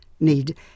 need